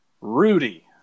Rudy